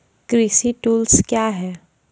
कृषि टुल्स क्या हैं?